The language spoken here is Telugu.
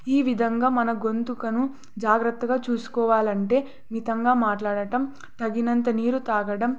ఈ విధంగా మన గొంతుకు జాగ్రత్తగా చూసుకోవాలి అంటే మితంగా మాట్లాడటం తగినంత నీరు తాగడం